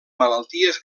malalties